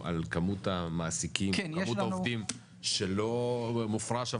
מעט מאוד מפרישים